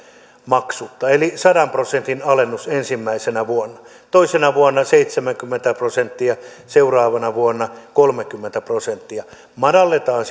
maksutta eli sadan prosentin alennus ensimmäisenä vuonna toisena vuonna seitsemänkymmentä prosenttia seuraavana vuonna kolmekymmentä prosenttia madalletaan